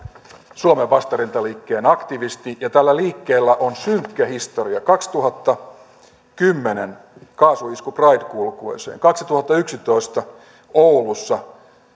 suomen vastarintaliikkeen aktivisti ja tällä liikkeellä on synkkä historia kaksituhattakymmenen kaasuisku pride kulkueeseen kaksituhattayksitoista oulussa